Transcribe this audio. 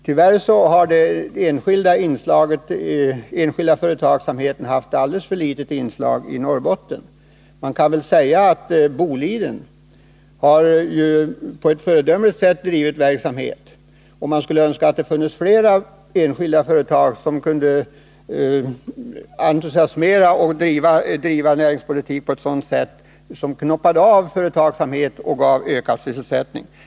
Tyvärr har det varit ett alldeles för litet inslag av enskild företagsamhet i Norrbotten. Boliden har på ett föredömligt sätt drivit sin verksamhet, och man skulle önska att det fanns fler enskilda företag som kunde entusiasmera till verksamhet som gav ökad sysselsättning.